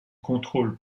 contrôle